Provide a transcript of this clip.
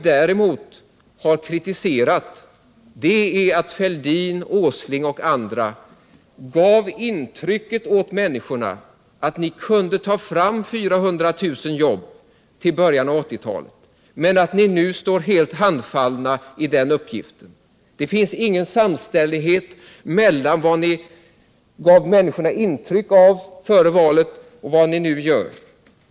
Däremot har vi kritiserat Fälldin, Åsling och andra centerpartister. Ni gav människorna intrycket att ni skulle kunna ta fram 400 000 nya jobb till början av 1980-talet, men nu står ni alldeles handfallna. Det finns ingen samstämmighet mellan vad ni före valet gav sken av att kunna göra och vad ni nu gör.